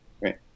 Right